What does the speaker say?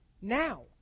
now